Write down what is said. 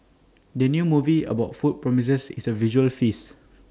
the new movie about food promises is A visual feast